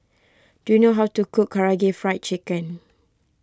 do you know how to cook Karaage Fried Chicken